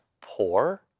poor